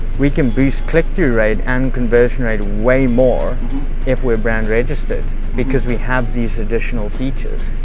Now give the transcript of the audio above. we can boost click-through rate and conversion rate way more if we're brand registered because we have these additional features.